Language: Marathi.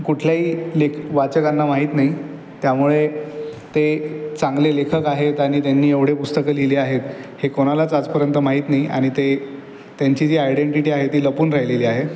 कुठल्याही लेख् वाचकांना माहीत नाही त्यामुळे ते चांगले लेखक आहेत आणि त्यांनी एवढे पुस्तकं लिहिले आहेत हे कोणालाच आजपर्यंत माहीत नाही आणि ते त्यांची जी आयडेंटिटी आहे ती लपून राहिलेली आहे